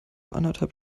anderthalb